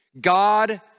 God